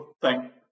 Thank